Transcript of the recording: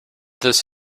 this